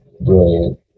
brilliant